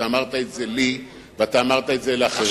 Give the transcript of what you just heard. אתה אמרת את זה לי ואמרת את זה לאחרים.